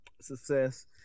success